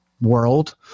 world